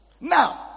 Now